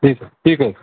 ठीक आहे ठीक आहे